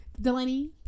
Delaney